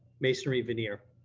masonry veneer.